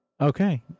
Okay